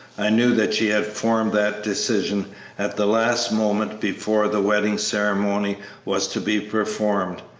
i knew that she had formed that decision at the last moment before the wedding ceremony was to be performed,